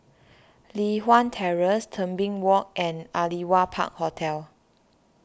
Li Hwan Terrace Tebing Walk and Aliwal Park Hotel